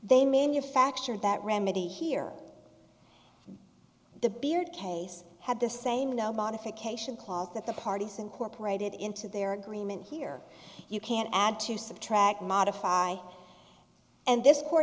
they manufactured that remedy here the beard case had the same nobody fit cation clause that the parties incorporated into their agreement here you can add to subtract modify and this